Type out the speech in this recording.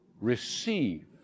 receive